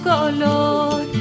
color